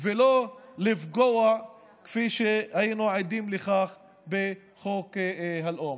ולא לפגוע, כפי שהיינו עדים לכך בחוק הלאום.